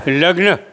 લગ્ન